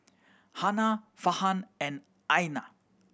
Hana Farhan and Aina